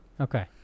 Okay